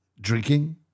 drinking